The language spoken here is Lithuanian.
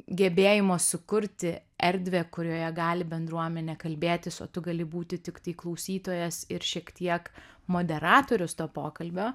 gebėjimo sukurti erdvę kurioje gali bendruomenė kalbėtis o tu gali būti tiktai klausytojas ir šiek tiek moderatorius to pokalbio